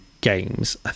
games